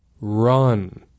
run